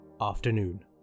Afternoon